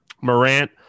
Morant